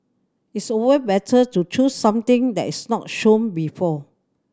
it's always better to choose something that is not shown before